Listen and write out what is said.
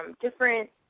different